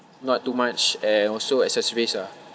not too much and also accessories ah